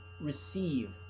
receive